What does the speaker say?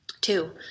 Two